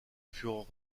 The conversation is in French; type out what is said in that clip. furent